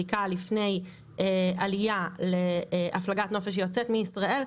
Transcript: בדיקה לפני עלייה להפלגת נופש היוצאת מישראל,